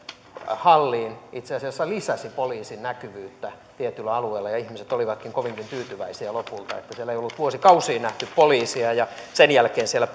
halliin itse asiassa lisäsi poliisin näkyvyyttä tietyllä alueella ja ihmiset olivatkin kovinkin tyytyväisiä lopulta siellä ei ollut vuosikausiin nähty poliisia ja sen jälkeen siellä